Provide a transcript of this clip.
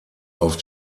auf